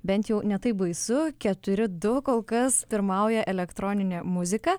bent jau ne taip baisu keturi du kol kas pirmauja elektroninė muzika